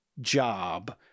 job